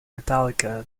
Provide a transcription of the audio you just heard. metallica